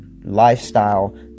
lifestyle